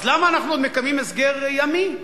אז למה אנחנו מקיימים הסגר ימי?